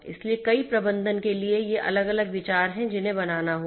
इसलिए कई प्रबंधन के लिए ये अलग अलग विचार हैं जिन्हें बनाना होगा